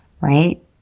right